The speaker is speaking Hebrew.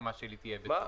שהסכמה שלי תהיה בתוקף.